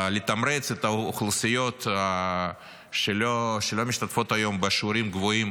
לתמרץ את האוכלוסיות שלא משתתפות היום בשיעורים גבוהים